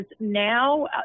now